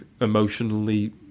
emotionally